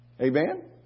Amen